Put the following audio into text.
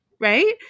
Right